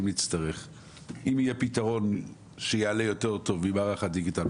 אם יהיה פתרון יותר טוב שיועלה על ידי מערך הדיגיטל,